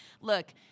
Look